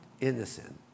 innocent